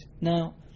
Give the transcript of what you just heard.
Now